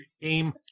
game